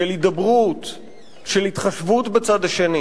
של הידברות, של התחשבות בצד השני.